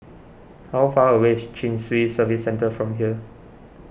how far away is Chin Swee Service Centre from here